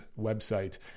website